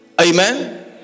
Amen